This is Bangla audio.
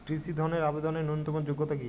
কৃষি ধনের আবেদনের ন্যূনতম যোগ্যতা কী?